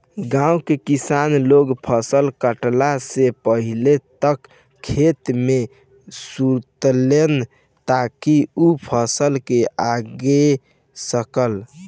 गाँव के किसान लोग फसल काटला से पहिले तक खेते में सुतेलन ताकि उ फसल के अगोर सकस